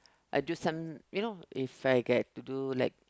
or do some you know if I get to do like